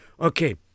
Okay